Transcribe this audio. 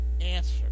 answer